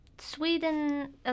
sweden